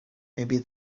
maybe